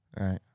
right